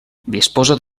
disposa